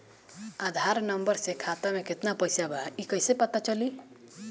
आधार number से खाता में केतना पईसा बा ई क्ईसे पता चलि?